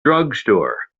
drugstore